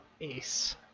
ace